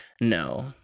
No